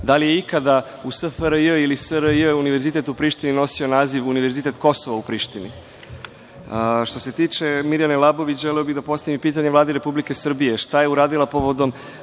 da li je ikada u SFRJ ili SRJ Univerzitet u Prištini nosio naziv – univerzitet Kosova u Prištini? Što se tiče Mirjane Labović, želeo bih da postavim pitanje Vladi Republike Srbije – šta je uradila povodom